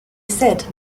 said